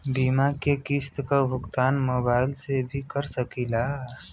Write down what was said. बीमा के किस्त क भुगतान मोबाइल से भी कर सकी ला?